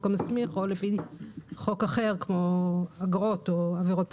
המסמיך או לפי חוק אחר כמו אגרות או עבירות פליליות.